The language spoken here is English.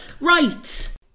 right